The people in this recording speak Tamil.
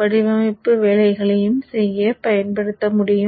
வடிவமைப்பு வேலைகளையும் செய்ய பயன்படுத்த முடியும்